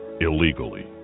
illegally